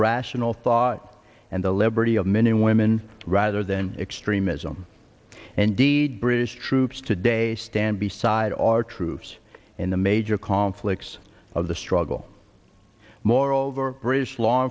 rational thought and the liberty of men and women rather than extremism and deed british troops today stand beside our troops in the major conflicts of the struggle moreover british law